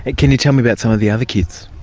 ah can you tell me about some of the other kids?